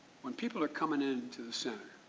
when people are coming into the center,